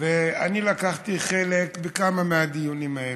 ואני לקחתי חלק בכמה מהדיונים האלה.